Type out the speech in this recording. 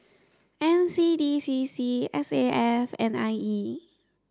N C D C C S A F and I E